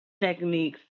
techniques